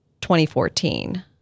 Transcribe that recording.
2014